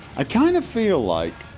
i kind of feel like